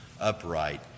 upright